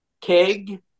keg